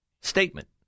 statement